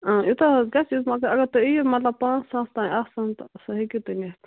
یوٗتاہ حظ گَژھِ اگر تُہۍ یِیِو مطلب پانٛژ ساس تانۍ آسن تہٕ سُہ ہٮ۪کِو تُہۍ نِتھ